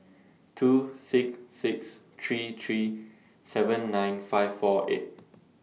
two six six three three seven nine five four eight